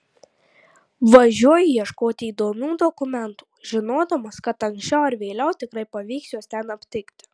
važiuoju ieškoti įdomių dokumentų žinodamas kad anksčiau ar vėliau tikrai pavyks juos ten aptikti